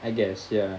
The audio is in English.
I guess ya